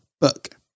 book